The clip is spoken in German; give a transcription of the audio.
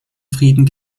frieden